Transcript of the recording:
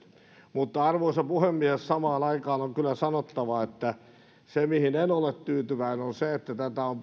mutta arvoisa puhemies samaan aikaan on kyllä sanottava että se mihin en ole tyytyväinen on se että tätä on